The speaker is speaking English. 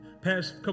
Past